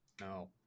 No